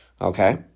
okay